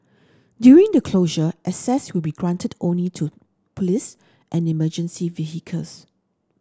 during the closure access will be granted only to police and emergency vehicles